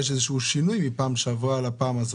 האם יש איזשהו שינוי מפעם שעברה לפעם הזו?